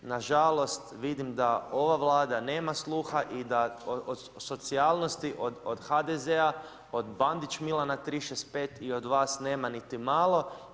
Nažalost, vidim da ova Vlada nema sluha i socijalnosti od HDZ-a, od Bandić Milana 365 i od vas nema niti malo.